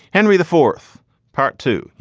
henry, the fourth part, too.